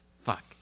fuck